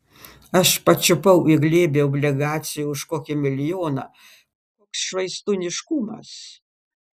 aš pačiupau į glėbį obligacijų už kokį milijoną koks švaistūniškumas